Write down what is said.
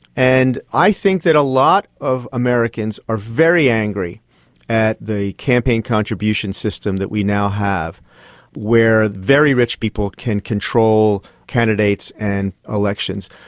and i think that a lot of americans are very angry at the campaign contribution system that we now have where very rich people can control candidates and elections.